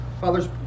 Father's